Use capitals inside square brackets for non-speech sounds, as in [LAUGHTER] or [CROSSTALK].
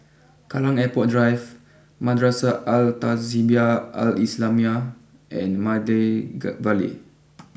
Kallang Airport Drive Madrasah Al Tahzibiah Al Islamiah and Maida [UNINTELLIGIBLE] Vale